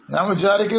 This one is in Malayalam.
ഞാൻ വിചാരിക്കുന്നു